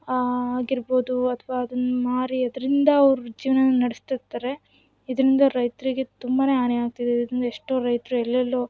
ಆಗಿರ್ಬೋದು ಅಥವಾ ಅದನ್ನ ಮಾರಿ ಅದರಿಂದ ಅವರ ಜೀವನನ ನಡೆಸ್ತಿರ್ತಾರೆ ಇದರಿಂದ ರೈತರಿಗೆ ತುಂಬಾ ಹಾನಿ ಆಗ್ತಿದೆ ಇದ್ರಿಂದ ಎಷ್ಟೋ ರೈತರು ಎಲ್ಲೆಲ್ಲೋ